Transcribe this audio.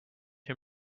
him